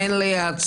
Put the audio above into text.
כרגע אין לי הצעה